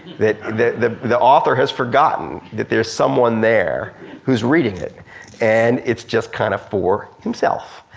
that the the author has forgotten that there's someone there who's reading it and it's just kinda for himself.